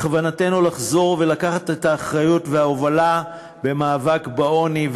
בכוונתנו לחזור ולקחת את האחריות וההובלה במאבק בעוני,